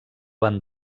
van